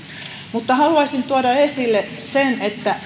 mutta haluaisin tuoda esille sen